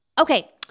Okay